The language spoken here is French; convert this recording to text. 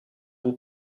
vous